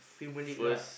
Premier League lah